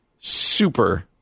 super